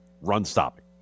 Run-stopping